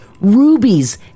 rubies